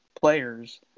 players